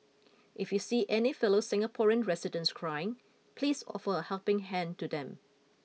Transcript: if you see any fellow Singaporean residents crying please offer a helping hand to them